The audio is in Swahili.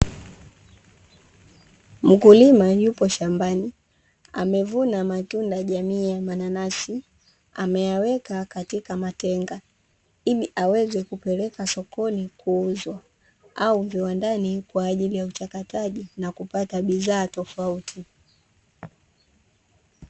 Mkulima yupo shambani, amevuna matunda jamii ya mananasi, ameyaweka katika matenga ili aweze kupeleka sokoni kuuzwa au viwandani kwa ajili ya uchakataji na kupata bidhaa tofauti.